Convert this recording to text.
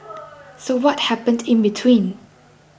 so what happened in between